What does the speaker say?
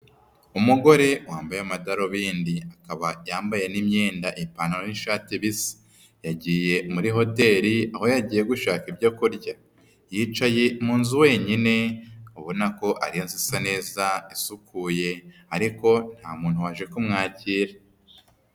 Umugore wambaye amadarubindi, akaba yambaye n'imyenda, ipantaro n'ishati bisa. Yagiye muri hoteli, aho yagiye gushaka ibyo kurya. Yicaye mu nzu wenyine, ubona ko ari inzu isa neza isukuye ariko nta muntu waje kumwakira.